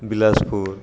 Bilaspur